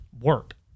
work